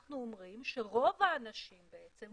אנחנו אומרים שרוב האנשים בעצם,